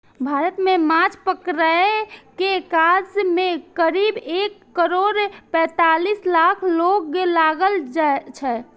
भारत मे माछ पकड़ै के काज मे करीब एक करोड़ पैंतालीस लाख लोक लागल छै